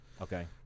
Okay